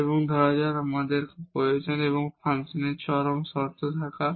এবং তারপর আমাদের প্রয়োজন একটি ফাংশনের এক্সট্রিম কন্ডিশন থাকা